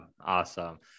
Awesome